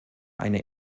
eine